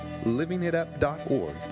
livingitup.org